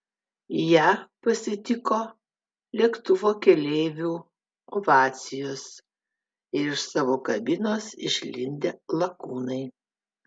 ją pasitiko lėktuvo keleivių ovacijos ir iš savo kabinos išlindę lakūnai